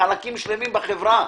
בחלקים שלמים בחברה.